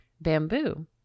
bamboo